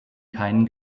keinen